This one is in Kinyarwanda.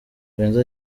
benzo